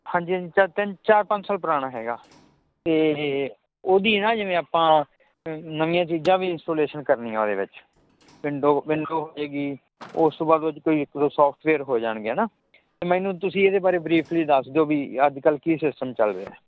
ਹਾਂਜੀ ਹਾਂਜੀ ਚਾ ਤਿੰਨ ਚਾਰ ਪੰਜ ਸਾਲ ਪੁਰਾਣਾ ਹੈਗਾ ਅਤੇ ਉਹਦੀ ਨਾ ਜਿਵੇਂ ਆਪਾਂ ਨਵੀਆਂ ਚੀਜ਼ਾਂ ਵੀ ਇੰਸਟੋਲੇਸ਼ਨ ਕਰਨੀਆਂ ਉਹਦੇ ਵਿੱਚ ਵਿੰਡੋ ਵਿੰਡੋ ਹੋਏਗੀ ਓਸ ਤੋਂ ਬਾਅਦ ਓ ਚ ਕੋਈ ਇੱਕ ਦੋ ਸੋਫਟਵੇਅਰ ਹੋ ਜਾਣਗੇ ਹੈ ਨਾ ਅਤੇ ਮੈਨੂੰ ਤੁਸੀਂ ਇਹਦੇ ਬਾਰੇ ਬ੍ਰੀਫਲੀ ਦੱਸ ਦਿਓ ਵੀ ਅੱਜ ਕੱਲ੍ਹ ਕੀ ਸਿਸਟਮ ਚੱਲ ਰਿਹਾ